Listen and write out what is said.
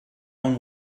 own